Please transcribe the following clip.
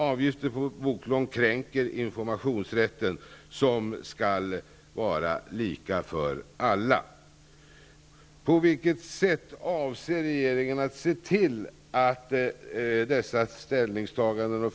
Avgifter på boklån kränker informationsrätten, som skall vara lika för alla.